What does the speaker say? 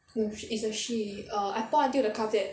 no she is a she I pour until the carpet